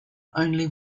only